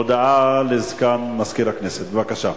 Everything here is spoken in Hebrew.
הודעה לסגן מזכיר הכנסת, בבקשה.